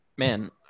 Man